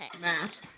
matt